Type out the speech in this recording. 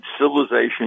Civilization